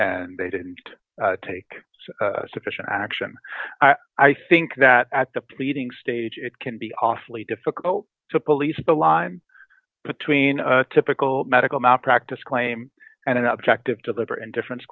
and they didn't take sufficient action i think that at the pleading stage it can be awfully difficult to police the line between a typical medical malpractise claim and an object of deliberate indifference